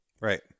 Right